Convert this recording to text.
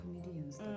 comedians